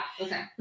okay